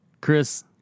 chris